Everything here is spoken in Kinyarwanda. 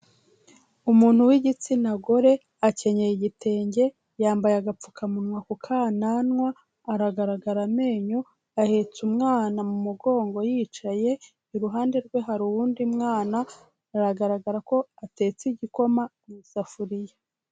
Umuntu w'igitsina gore akenyeye igitenge yambaye agapfukamunwa ku kananwa aragaragara amenyo ahetse umwana mu mugongo yicaye iruhande rwe hari wundi mwana aragaragara ko atetse igikoma mu isafuriya.